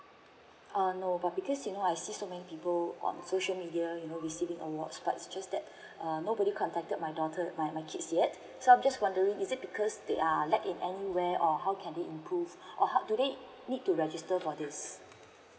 um no but because you know I see so many people on social media you know receiving awards but it's just that um nobody contacted my daughter my my kids yet so I'm just wondering is it because they are lack in anywhere or how can they improve or how do they need to register for this